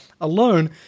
alone